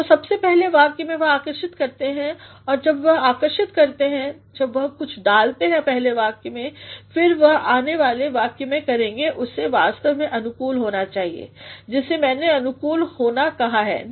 तो सबसे पहले वाक्य में वह आकर्षित करते हैं और जब वह आकर्षित करते हैं जब वह कुछ डालते हैं पहले वाक्य में फिर जोवह आने वाले वाक्य में करेंगे उसे वास्तव में अनुकूल होना चाहिए जिसे मैने अनुकूल होना कहा है नहीं